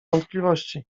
wątpliwości